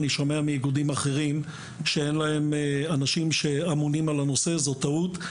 אני שומע מאנשים אחרים שאין להם אנשים שאמונים על הנושא וזו טעות.